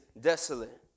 desolate